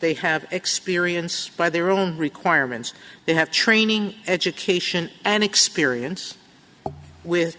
they have experience by their own requirements they have training education and experience with